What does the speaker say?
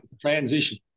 transition